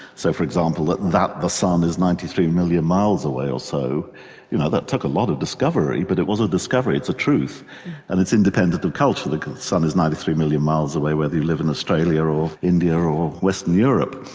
so for example that that the sun is ninety three million miles away or so, you know that took a lot of discovery but it was a discovery, it's a truth and it's independent of culture the sun is ninety three million miles away whether you live in australia or or india or or western europe.